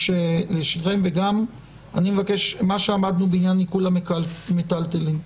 וכן אני מבקש בעניין עיקול המטלטלין,